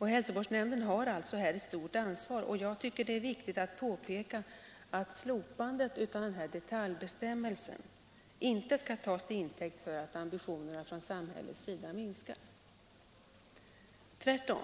Hälsovårdsnämnden har här ett stort ansvar, och jag tycker att det är viktigt att påpeka att slopandet av den här detaljbestämmelsen inte skall tas till intäkt för att ambitionerna från samhällets sida minskar — tvärtom.